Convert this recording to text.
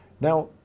Now